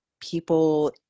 people